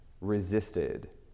resisted